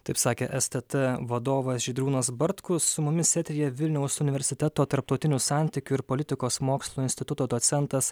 taip sakė stt vadovas žydrūnas bartkus su mumis eteryje vilniaus universiteto tarptautinių santykių ir politikos mokslų instituto docentas